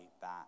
back